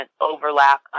overlap